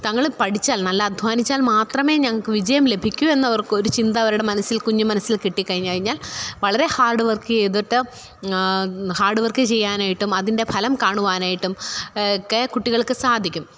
തങ്ങൾ പഠിച്ചാല് നല്ല അധ്വാനിച്ചാല് മാത്രമേ ഞങ്ങൾക്ക് വിജയം ലഭിക്കൂ എന്നവര്ക്കു ഒരു ചിന്ത അവരുടെ മനസ്സില് കുഞ്ഞ് മനസ്സില് കിട്ടി കഴിഞ്ഞു കഴിഞ്ഞാല് വളരെ ഹാര്ഡ് വര്ക്ക് ചെയ്തിട്ട് ഹാഡ് വര്ക്ക് ചെയ്യാനായിട്ടും അതിന്റെ ഫലം കാണുവാനായിട്ടും ഒക്കെ കുട്ടികള്ക്ക് സാധിക്കും